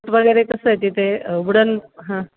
court वगैरे कसं आहे तिथे वुडन हां